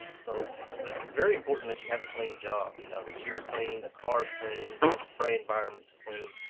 so but it's very important that you have a clean job. you know that you're clean, the car's clean, the spray environment's clean,